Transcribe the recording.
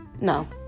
No